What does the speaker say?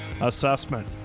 assessment